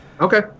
Okay